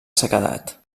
sequedat